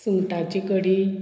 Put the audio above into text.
सुंगटाची कडी